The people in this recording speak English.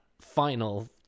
final